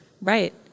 Right